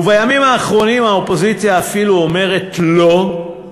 ובימים האחרונים האופוזיציה אפילו אומרת "לא"